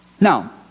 Now